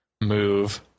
move